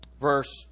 Verse